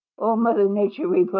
old mother nature